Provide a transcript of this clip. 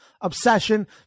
obsession